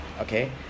Okay